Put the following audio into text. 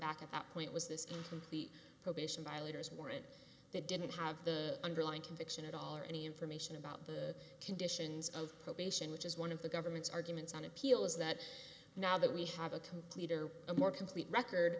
back at that point was this incomplete probation violators weren't they didn't have the underlying conviction at all or any information about the conditions of probation which is one of the government's arguments on appeal is that now that we have a complete or a more complete record